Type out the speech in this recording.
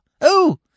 Oh